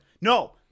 no